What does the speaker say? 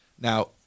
Now